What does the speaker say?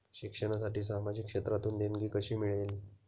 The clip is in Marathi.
शिक्षणासाठी सामाजिक क्षेत्रातून देणगी कशी मिळेल?